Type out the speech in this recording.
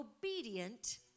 obedient